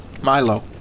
Milo